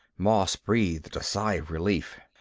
moss breathed a sigh of relief.